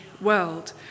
world